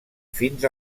fins